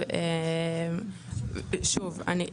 אבל, שוב, אני,